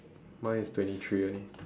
mine is twenty three only